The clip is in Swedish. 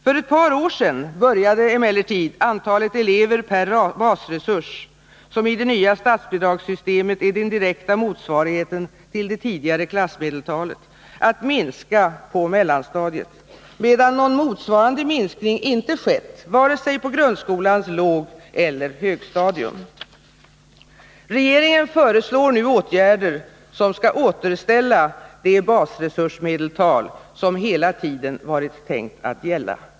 För ett par år sedan började emellertid antalet elever per basresurs, som i det nya statsbidragssystemet är den direkta motsvarigheten till det tidigare klassmedeltalet, att minska på mellanstadiet, medan någon motsvarande minskning inte skett vare sig på grundskolans lågeller högstadium. Regeringen föreslår nu åtgärder som skall återställa det basresursmedeltal som hela tiden varit tänkt att gälla.